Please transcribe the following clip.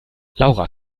laura